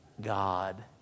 God